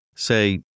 Say